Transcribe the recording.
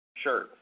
Sure